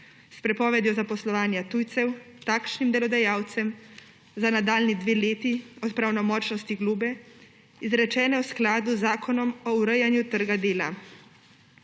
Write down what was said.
s prepovedjo zaposlovanja tujcev takšnim delodajalcem za nadaljnji dve leti od pravnomočnosti globe, izrečene v skladu z Zakonom o urejanju trga dela.